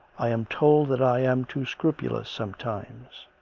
i am told that i am too scrupulous some times.